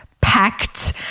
packed